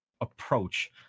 approach